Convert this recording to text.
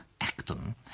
Acton